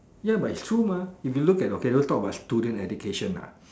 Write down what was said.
ya but it's true mah if you look at okay don't talk about student education ah